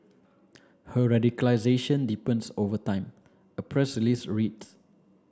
her radicalization deepens over time a press release read